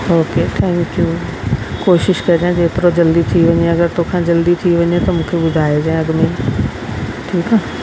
okay thank you कोशिशि कजांइ जेतिरो जल्दी थी जेतिरो जल्दी थी वञे अगरि तोखां थी वञे तूं ॿुधाइजां अॻु में ठीकु आहे